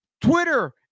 Twitter